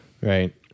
Right